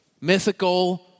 mythical